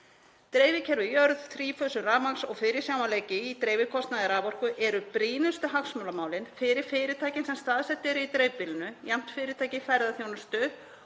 Dreifikerfi í jörð, þrífösun rafmagns og fyrirsjáanleiki í dreifikostnaði raforku eru brýnustu hagsmunamálin fyrir fyrirtæki sem staðsett eru í dreifbýlinu, jafnt fyrirtæki í ferðaþjónustu